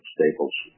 Staples